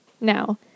Now